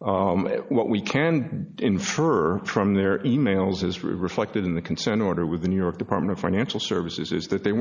what we can infer from their emails is reflected in the consent order with the new york department financial services is that they